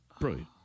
Brilliant